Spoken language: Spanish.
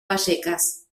vallecas